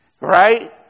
Right